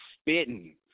spitting